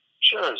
Sure